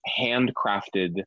handcrafted